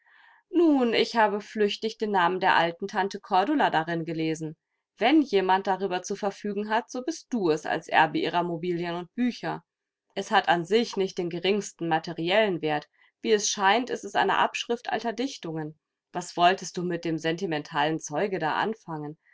nun ich habe flüchtig den namen der alten tante cordula darin gelesen wenn jemand darüber zu verfügen hat so bist du es als erbe ihrer mobilien und bücher es hat an sich nicht den geringsten materiellen wert wie es scheint ist es eine abschrift alter dichtungen was wolltest du mit dem sentimentalen zeuge da anfangen